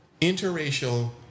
interracial